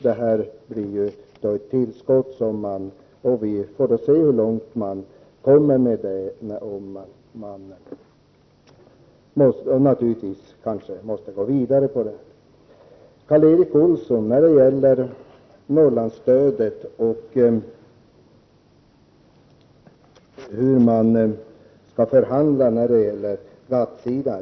Det här blir alltså ett tillskott, och vi får se hur långt man kommer med det. Man måste kanske gå vidare. Karl Erik Olsson tog upp Norrlandsstödet och hur man skall förhandla när det gäller GATT-sidan.